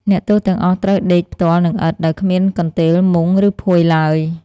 អ្នកទោសទាំងអស់ត្រូវដេកផ្ទាល់នឹងឥដ្ឋ ដោយគ្មានកន្ទេល មុង ឬភួយឡើយ។